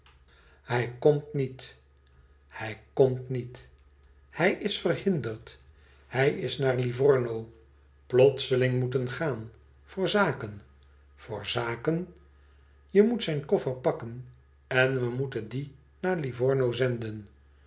hijkomtniet hijkomtniet hij is verhinderd hij is naar livorno plotseling moeten gaan voor zaken voor zaken je moet zijn koffer pakken en we moeten dien naar livorno zenden